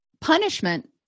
Punishment